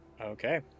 Okay